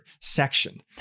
section